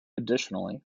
additionally